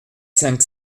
cinq